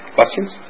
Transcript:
questions